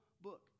book